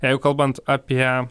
jeigu kalbant apie